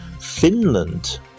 Finland